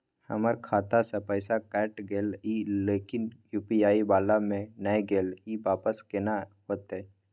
हमर खाता स पैसा कैट गेले इ लेकिन यु.पी.आई वाला म नय गेले इ वापस केना होतै?